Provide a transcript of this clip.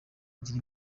igira